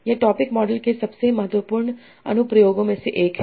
यह topic model के सबसे महत्वपूर्ण अनु प्रयोगों में से एक है